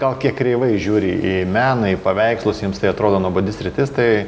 gal kiek kreivai žiūri į meną į paveikslus jiems tai atrodo nuobodi sritis tai